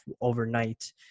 overnight